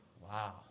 wow